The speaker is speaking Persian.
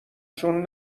چون